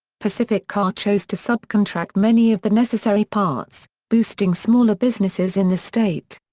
pacific car chose to subcontract many of the necessary parts, boosting smaller businesses in the state.